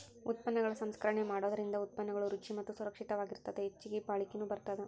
ಉತ್ಪನ್ನಗಳ ಸಂಸ್ಕರಣೆ ಮಾಡೋದರಿಂದ ಉತ್ಪನ್ನಗಳು ರುಚಿ ಮತ್ತ ಸುರಕ್ಷಿತವಾಗಿರತ್ತದ ಹೆಚ್ಚಗಿ ಬಾಳಿಕೆನು ಬರತ್ತದ